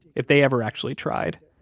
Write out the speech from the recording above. if they ever actually tried.